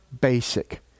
basic